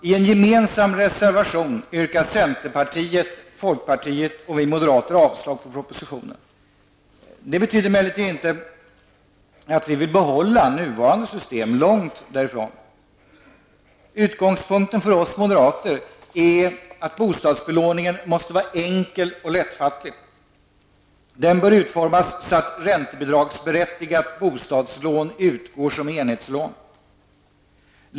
I en gemensam reservation yrkar centerpartiet, folkpartiet och vi moderater avslag på förslagen i propositionen. Det betyder emellertid inte att vi vill behålla nuvarande system, långt därifrån. Utgångspunkten för oss moderater är att bostadsbelåningen måste vara enkel och lättfattlig. Den bör utformas så, att räntebidragsberättigat bostadslån utgår som enhetslån.